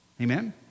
Amen